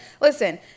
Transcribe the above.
Listen